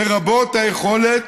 לרבות היכולת